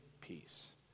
peace